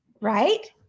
right